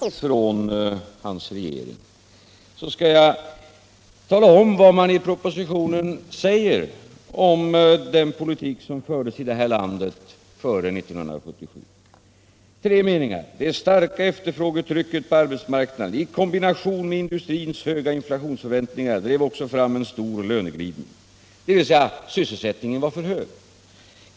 Herr talman! Om Axel Kristiansson inte riktigt vet vilka signaler som sänds ut från hans regering, så skall jag tala om vad man i propositionen säger om den politik som fördes i det här landet före 1977 — tre meningar: ”Det starka efterfrågetrycket på arbetsmarknaden i kombination med industrins höga inflationsförväntningar drev också fram en stor löneglidning.” — Med andra ord sysselsättningen var för hög.